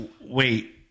wait